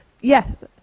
yes